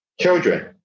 Children